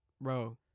Bro